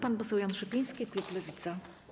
Pan poseł Jan Szopiński, klub Lewica.